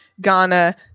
Ghana